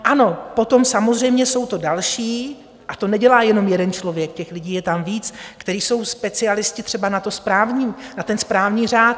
Ano, potom samozřejmě jsou tu další, a to nedělá jenom jeden člověk, těch lidí je tam víc, kteří jsou specialisty třeba na správní řád.